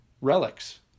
relics